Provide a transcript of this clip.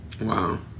Wow